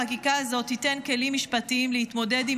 החקיקה הזאת תיתן כלים משפטיים להתמודד עם